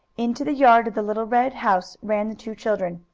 into the yard of the little red house ran the two children.